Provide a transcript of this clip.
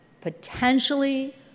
potentially